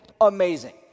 amazing